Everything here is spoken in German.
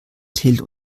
till